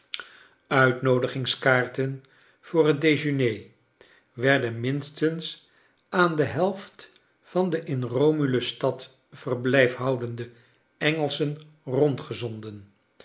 uitnoodigingskaarten voor het dejeuner werden minstens aan de helft van de in romulus stad verblijf houdende engelschen